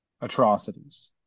atrocities